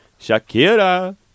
Shakira